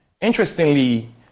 interestingly